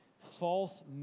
false